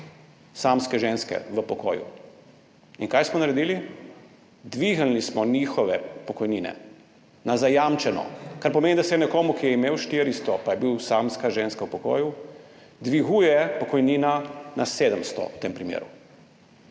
samske ženske v pokoju. In kaj smo naredili? Dvignili smo njihove pokojnine na zajamčene, kar pomeni, da se ženski, ki je imela 400 evrov in je bila samska ženska v pokoju, dviguje pokojnina v tem primeru